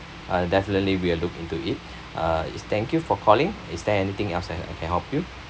uh definitely we'll look into it uh it's thank you for calling is there anything else I can help you